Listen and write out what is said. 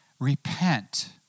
Repent